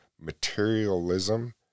materialism